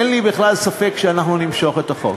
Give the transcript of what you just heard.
אין לי בכלל ספק שאנחנו נמשוך את החוק.